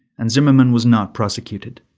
and zimmermann was not prosecuted.